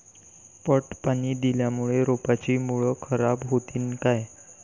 पट पाणी दिल्यामूळे रोपाची मुळ खराब होतीन काय?